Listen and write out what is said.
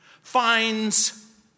finds